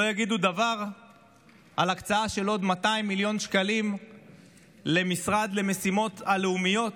לא יגידו דבר על הקצאה של עוד 200 מיליון שקלים למשרד למשימות הלאומיות,